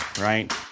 right